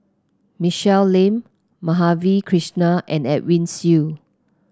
Michelle Lim Madhavi Krishnan and Edwin Siew